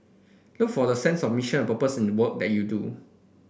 look for the sense of mission and purpose in the work that you do